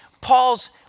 Paul's